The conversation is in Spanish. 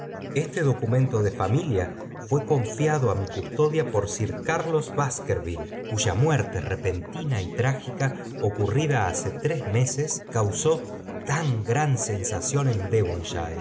este documento de familia fué connado a mi custodia por sir carlos baskerville f s v i tí k cuya muerte repentina y trágica ocurrida hace tres meses causó tan gran sensación en